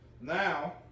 Now